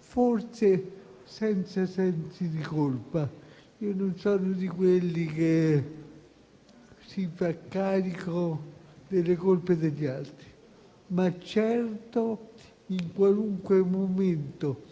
forse senza sensi di colpa. Non sono di quelli che si fanno carico delle colpe degli altri, ma certo in qualunque momento